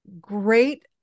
great